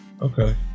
Okay